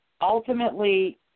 ultimately